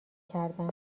کردن